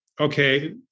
okay